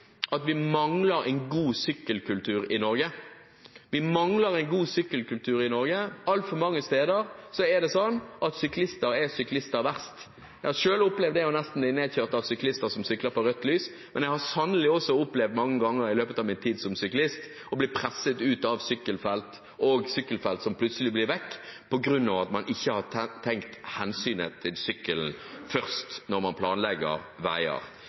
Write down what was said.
at vi mangler en god sykkelkultur i Norge. Vi mangler en god sykkelkultur i Norge. Altfor mange steder er det slik at syklister er syklister verst. Jeg har selv opplevd å bli nesten nedkjørt av syklister som sykler på rødt lys, men jeg har sannelig også opplevd mange ganger i løpet av min tid som syklist å bli presset ut av sykkelfelt, og at sykkelfelt plutselig blir vekk, på grunn av at man ikke har tenkt hensynet til sykkelen først når man planlegger veier.